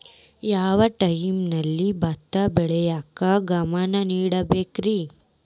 ಯಾವ್ ಟೈಮಲ್ಲಿ ಭತ್ತ ಬೆಳಿಯಾಕ ಗಮನ ನೇಡಬೇಕ್ರೇ?